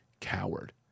coward